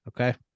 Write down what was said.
okay